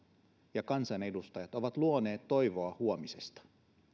ja kansanedustajat ovat luoneet toivoa huomisesta